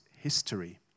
history